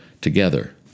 together